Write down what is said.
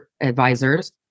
advisors